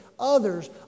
Others